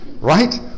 Right